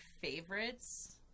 favorites